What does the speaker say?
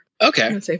Okay